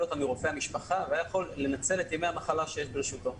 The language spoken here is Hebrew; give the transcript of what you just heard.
אותה מרופא המשפחה והיה יכול לנצל את ימי המחלה שיש ברשותו.